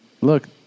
look